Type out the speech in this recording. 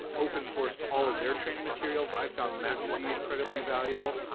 open sourced all of their training materials, i found that to be incredibly valuable.